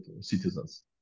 citizens